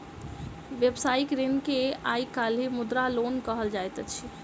व्यवसायिक ऋण के आइ काल्हि मुद्रा लोन कहल जाइत अछि